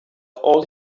all